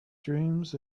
dreams